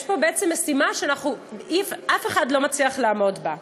יש פה בעצם משימה שאף אחד לא מצליח לעמוד בה.